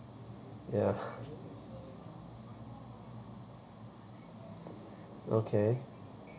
ya okay